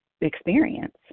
experience